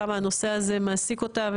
כמה הנושא הזה מעסיק אותה,